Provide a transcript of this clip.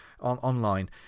online